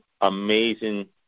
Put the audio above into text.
amazing